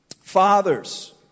Fathers